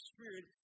Spirit